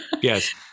Yes